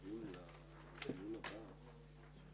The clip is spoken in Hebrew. ננעלה בשעה 11:30.